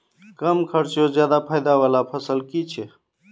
कम खर्चोत ज्यादा फायदा वाला फसल की छे?